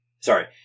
Sorry